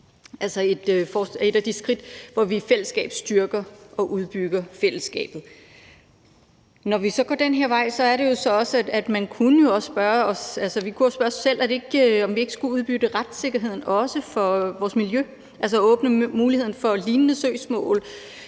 altså et af de skridt, hvor vi i fællesskab styrker og udbygger fællesskabet. Når vi så går den her vej, kunne vi jo også spørge os selv, om vi ikke også skulle udbygge retssikkerheden i forhold til vores miljø, altså også åbne muligheden for lignende søgsmål,